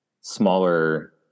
smaller